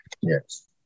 Yes